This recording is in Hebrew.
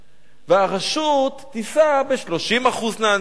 והרשות תישא ב-30% מהנטל,